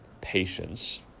patience